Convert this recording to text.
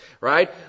Right